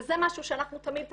וזה משהו שאנחנו תמיד טענו,